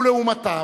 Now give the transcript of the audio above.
ולעומתם,